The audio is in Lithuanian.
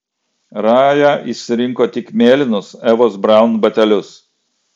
raja išsirinko tik mėlynus evos braun batelius